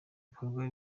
ibikorwa